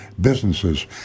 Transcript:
businesses